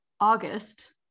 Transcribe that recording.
august